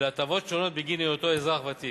ולהטבות שונות בגין היותו אזרח ותיק.